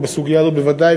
ובסוגיה הזאת בוודאי,